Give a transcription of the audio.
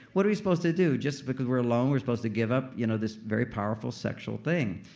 what are we supposed to do? just because we're alone, we're supposed to give up you know this very powerful, sexual thing